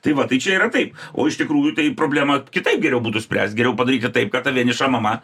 tai va tai čia yra taip o iš tikrųjų tai problemą kitaip geriau būtų spręst geriau padaryt kad taip kad ta vieniša mama